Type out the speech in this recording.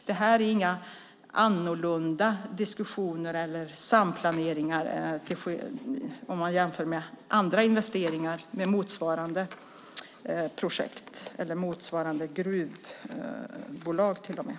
Det är inga annorlunda diskussioner eller någon annorlunda samplanering här jämfört med andra investeringar i motsvarade gruvprojekt.